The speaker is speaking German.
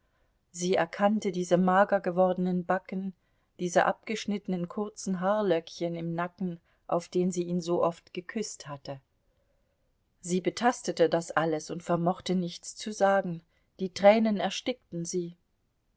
sie erkannte diese mager gewordenen backen diese abgeschnittenen kurzen haarlöckchen im nacken auf den sie ihn so oft geküßt hatte sie betastete das alles und vermochte nichts zu sagen die tränen erstickten sie